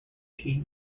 cheese